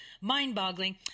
mind-boggling